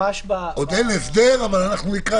עוד אין הסדר אבל אנחנו לקראת הסדר.